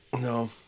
No